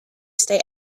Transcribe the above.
stay